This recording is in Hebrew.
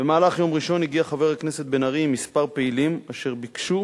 במהלך יום ראשון הגיע חבר הכנסת בן-ארי עם כמה פעילים אשר ביקשו